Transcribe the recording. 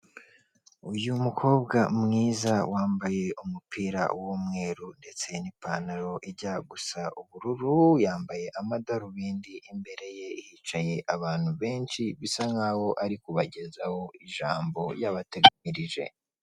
Uyu mukobwa mwiza wambaye umupira w'umweru ndetse n'ipantaro ijya gusa ubururu yambye amadarubindi. Imbere ye hicaye abantu benshi bisa nkaho ari kubagezaho ijambo yabateganyirije.